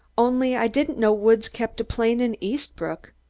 only i didn't know woods kept a plane in eastbrook.